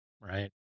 right